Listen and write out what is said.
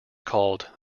called